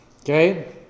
Okay